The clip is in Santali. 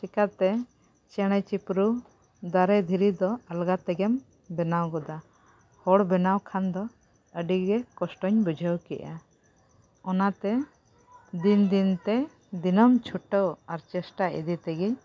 ᱪᱮᱠᱟᱛᱮ ᱪᱮᱬᱮᱼᱪᱤᱯᱨᱩ ᱫᱟᱨᱮ ᱫᱷᱤᱨᱤ ᱫᱚ ᱟᱞᱜᱟ ᱛᱮᱜᱮᱢ ᱵᱮᱱᱟᱣ ᱜᱚᱫᱟ ᱦᱚᱲ ᱵᱮᱱᱟᱣ ᱠᱷᱟᱱ ᱫᱚ ᱟᱹᱰᱤᱜᱮ ᱠᱚᱥᱴᱚᱧ ᱵᱩᱡᱷᱟᱹᱣ ᱠᱮᱫᱟ ᱚᱱᱟᱛᱮ ᱫᱤᱱᱼᱫᱤᱱᱛᱮ ᱫᱤᱱᱟᱹᱢ ᱪᱷᱩᱴᱟᱹᱣ ᱟᱨ ᱪᱮᱥᱴᱟ ᱤᱫᱤ ᱛᱮᱜᱮ